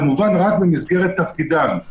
כמובן רק במסגרת תפקידם.